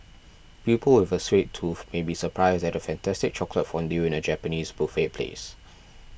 people with a sweet tooth may be surprised at a fantastic chocolate fondue in a Japanese buffet place